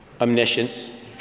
omniscience